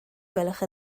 gwelwch